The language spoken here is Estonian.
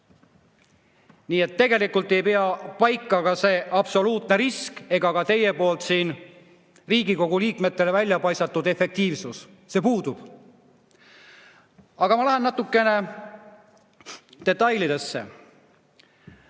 Nii et tegelikult ei pea paika ka see absoluutne risk ega teie poolt siin Riigikogu liikmetele välja paisatud efektiivsus. See puudub. Aga ma lähen natukene detailidesse.